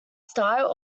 style